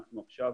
עכשיו